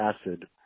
acid